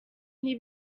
nti